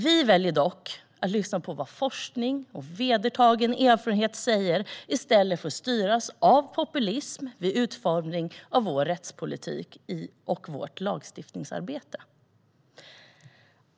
Vi väljer dock att lyssna till vad forskning och vedertagen erfarenhet säger i stället för att styras av populism vid utformningen av vår rättspolitik och vårt lagstiftningsarbete.